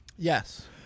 Yes